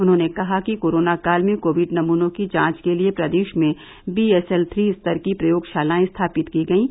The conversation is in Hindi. उन्होंने कहा कि कोरोना काल में कोविड नमूनों की जांच के लिए प्रदेश में बीएसएल थ्री स्तर की प्रयोगशालाएं स्थापित की गईं